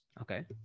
Okay